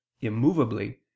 immovably